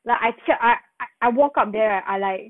like I che~ I I walk up there I like